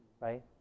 right